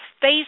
Face